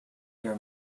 your